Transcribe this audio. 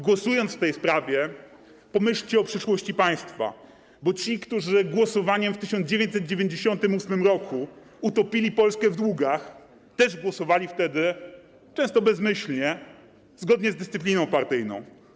Głosując w tej sprawie, pomyślcie o przyszłości państwa, bo ci, którzy głosowaniem w 1998 r. utopili Polskę w długach, też głosowali wtedy, często bezmyślnie, zgodnie z dyscypliną partyjną.